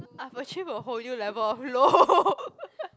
I've achieved a whole new level of low